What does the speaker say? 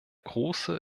große